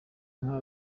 nka